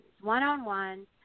one-on-one